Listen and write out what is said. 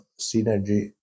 synergy